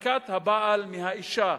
הרחקת הבעל מהאשה,